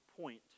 point